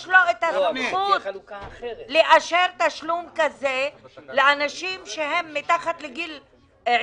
יש לו סמכות לאשר תשלום כזה לאנשים שהם מתחת לגיל 20,